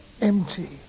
empty